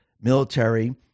military